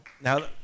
Now